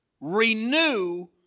renew